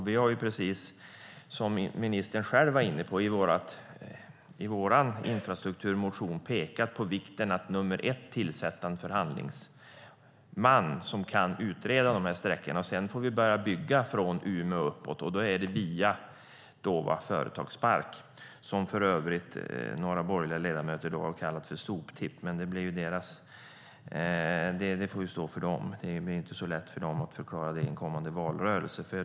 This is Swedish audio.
Vi har, precis som ministern själv var inne på, i vår infrastrukturmotion pekat på vikten av att först och främst tillsätta en förhandlingsman som kan utreda dessa sträckor. Sedan får vi börja bygga från Umeå och uppåt. Då är det via Dåva företagspark, som för övrigt några borgerliga ledamöter har kallat för soptipp. Men det får stå för dem. Det blir inte så lätt för dem att förklara det i en kommande valrörelse.